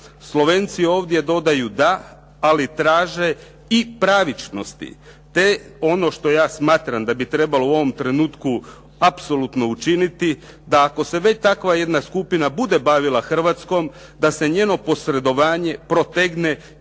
Slovenci ovdje dodaju da, ali traže i pravičnosti te ono što ja smatram da bi trebalo u ovom trenutku apsolutno učiniti, da ako se već takva jedna skupina bude bavila Hrvatskom, da se njeno posredovanje protegne i na